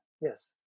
Yes